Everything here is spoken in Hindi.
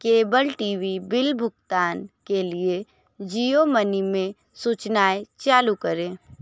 केबल टी वी बिल भुगतान के लिए जियो मनी में सूचनाएँ चालू करें